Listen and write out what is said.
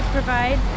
provide